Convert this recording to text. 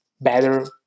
better